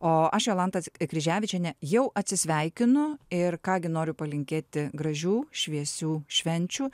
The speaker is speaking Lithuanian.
o aš jolanta kryževičienė jau atsisveikinu ir ką gi noriu palinkėti gražių šviesių švenčių